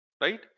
right